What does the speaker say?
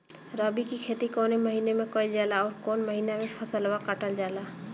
रबी की खेती कौने महिने में कइल जाला अउर कौन् महीना में फसलवा कटल जाला?